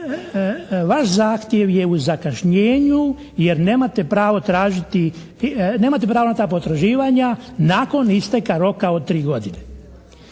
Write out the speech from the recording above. vaš zahtjev je u zakašnjenju jer nemate pravo na ta potraživanja nakon isteka roka od 3 godine.